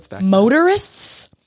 motorists